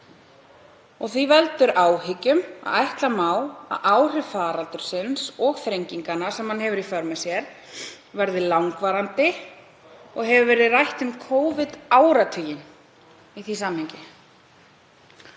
Því veldur áhyggjum að ætla má að áhrif faraldursins og þrenginganna sem hann hefur í för með sér verði langvarandi og hefur verið rætt um Covid-áratuginn í því samhengi.“